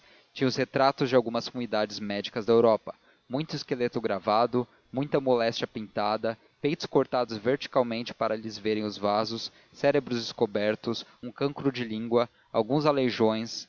tinha os retratos de algumas sumidades médicas da europa muito esqueleto gravado muita moléstia pintada peitos cortados verticalmente para se lhes verem os vasos cérebros descobertos um cancro de língua alguns aleijões